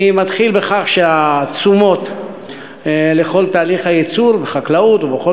זה מתחיל בכך שהתשומות לכל תהליך הייצור בחקלאות או בכל